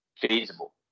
feasible